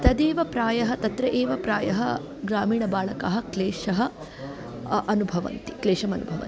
तदेव प्रायः तत्र एव प्रायः ग्रामीणबालकः क्लेशम् अनुभवति क्लेशमनुभवति